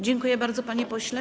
Dziękuję bardzo, panie pośle.